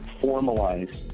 formalize